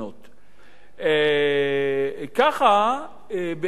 כך בעצם תקטן